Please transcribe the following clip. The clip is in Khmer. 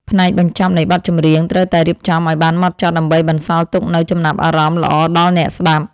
ផ្នែកបញ្ចប់នៃបទចម្រៀងត្រូវតែរៀបចំឱ្យបានហ្មត់ចត់ដើម្បីបន្សល់ទុកនូវចំណាប់អារម្មណ៍ល្អដល់អ្នកស្ដាប់។